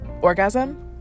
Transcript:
orgasm